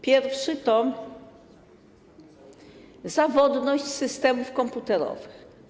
Pierwszy to zawodność systemów komputerowych.